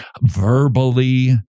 verbally